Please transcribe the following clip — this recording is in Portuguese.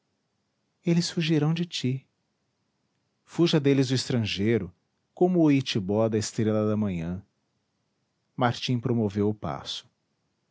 eles fugirão de ti fuja deles o estrangeiro como o oitibó da estrela da manhã martim promoveu o passo